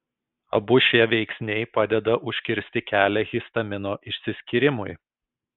abu šie veiksniai padeda užkirsti kelią histamino išsiskyrimui